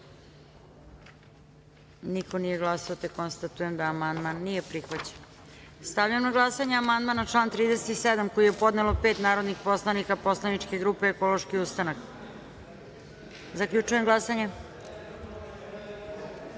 glasanje: za - niko. Konstatujem da amandman nije prihvaćen. Stavljam na glasanje amandman na član 37. koji je podnelo pet narodnih poslanika poslaničke grupe Ekološki ustanak. Zaključujem glasanje: